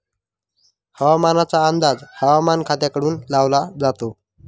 हवामानाचा अंदाज हवामान खात्याकडून लावला जातो